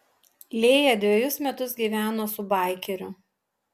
lėja dvejus metus gyveno su baikeriu